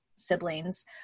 siblings